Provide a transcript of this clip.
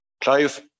Clive